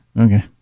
Okay